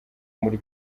muri